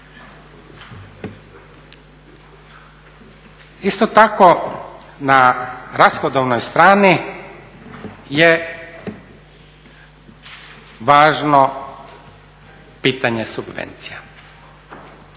Isto tako na rashodovnoj strani je važno pitanje subvencija.